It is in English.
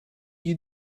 you